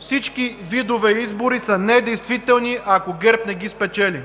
„Всички видове избори са недействителни, ако ГЕРБ не ги спечели.“